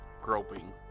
groping